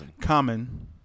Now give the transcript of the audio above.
common